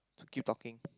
so keep talking